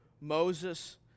Moses